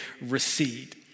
recede